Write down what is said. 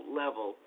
level